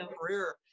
career